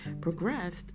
progressed